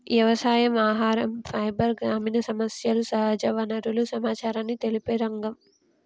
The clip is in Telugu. వ్యవసాయం, ఆహరం, ఫైబర్, గ్రామీణ సమస్యలు, సహజ వనరుల సమచారాన్ని తెలిపే రంగం